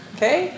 Okay